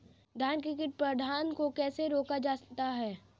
धान में कीट प्रबंधन को कैसे रोका जाता है?